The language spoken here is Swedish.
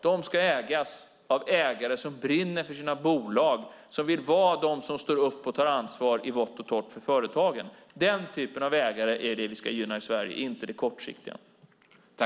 De ska ägas av ägare som brinner för sina bolag, som vill vara de som står upp och tar ansvar i vått och torrt för företagen. Den typen av ägare är det vi ska gynna i Sverige, inte de kortsiktiga.